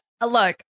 look